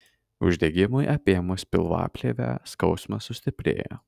uždegimui apėmus pilvaplėvę skausmas sustiprėja